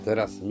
Teraz